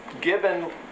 Given